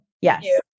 yes